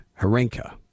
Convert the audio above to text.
Harenka